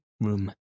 Room